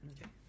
Okay